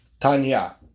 tanya